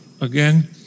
again